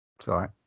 Sorry